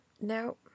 No